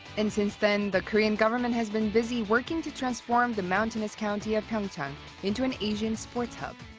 and since then, the korean government has been busy working to transform the mountainous county of pyeongchang into an asian sports hub.